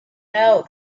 now